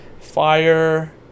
fire